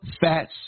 fats